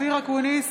אופיר אקוניס,